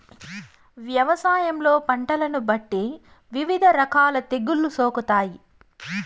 వ్యవసాయంలో పంటలను బట్టి వివిధ రకాల తెగుళ్ళు సోకుతాయి